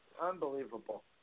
unbelievable